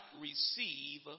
receive